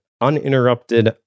uninterrupted